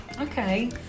Okay